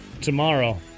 tomorrow